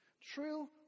True